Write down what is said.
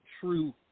true